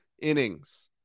innings